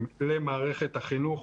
שהתייחסת אליו.